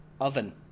oven